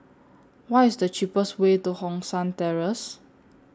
What IS The cheapest Way to Hong San Terrace